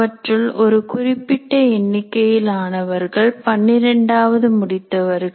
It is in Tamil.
அவற்றுள் ஒரு குறிப்பிட்ட எண்ணிக்கையில் ஆனவர்கள் பன்னிரண்டாவது முடித்தவர்கள்